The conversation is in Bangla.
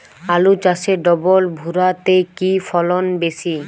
আলু চাষে ডবল ভুরা তে কি ফলন বেশি?